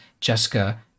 Jessica